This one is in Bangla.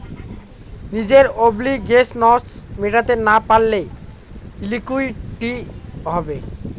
নিজের অব্লিগেশনস মেটাতে না পারলে লিকুইডিটি হবে